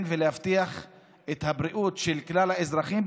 ולהבטיח את הבריאות של כלל האזרחים,